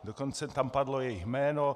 Dokonce tam padlo jejich jméno.